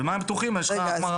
במים פתוחים יש החמרה.